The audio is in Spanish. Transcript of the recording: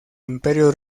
imperio